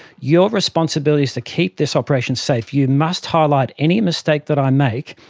your responsibility is to keep this operation safe. you must highlight any mistake that i make,